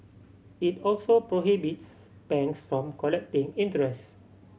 it also prohibits banks from collecting interest